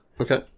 okay